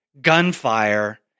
gunfire